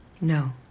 No